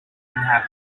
have